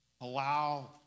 Allow